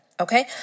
Okay